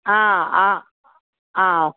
आ आ आ